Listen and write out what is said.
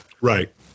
Right